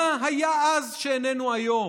מה היה אז שאיננו היום?